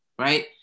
right